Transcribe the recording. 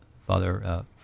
Father